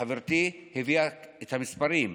חברתי הביאה את המספרים.